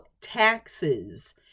taxes